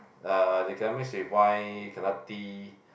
uh they cannot mix with wine cannot tea